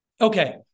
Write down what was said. Okay